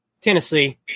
Tennessee